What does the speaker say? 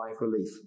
relief